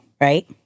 right